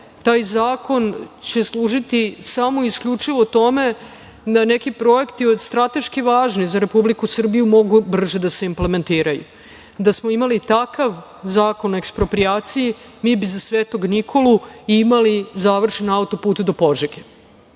taj zakon će služiti samo i isključivo tome da neki projekti od strateške važnosti za Republiku Srbiju mogu brže da se implementiraju. Da smo imali takav Zakon o eksproprijaciji, mi bi za Svetog Nikolu imali završen auto-put do Požege. Kada